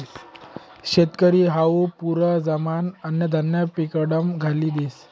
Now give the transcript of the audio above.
शेतकरी हावू पुरा जमाना अन्नधान्य पिकाडामा घाली देस